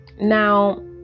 now